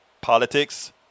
Politics